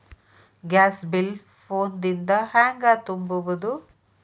Gas bill phone ದಿಂದ ಹ್ಯಾಂಗ ತುಂಬುವುದು?